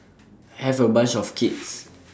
have A bunch of kids